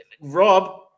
Rob